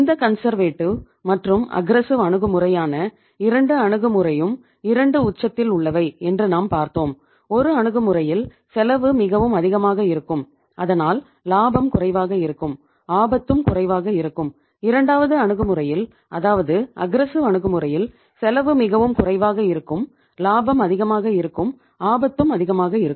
இந்த கன்செர்வேடிவ் அணுகுமுறையில் செலவு மிகவும் குறைவாக இருக்கும் லாபம் அதிகமாக இருக்கும் ஆபத்தும் அதிகமாக இருக்கும்